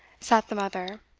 sat the mother